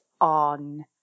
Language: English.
on